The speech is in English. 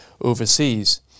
overseas